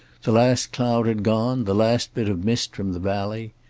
the last cloud had gone, the last bit of mist from the valley.